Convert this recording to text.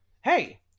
Hey